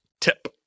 tip